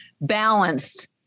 balanced